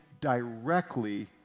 directly